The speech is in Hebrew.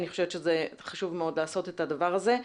אני חושבת שזה חשוב מאוד לעשות את הדבר הזה.